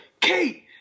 Kate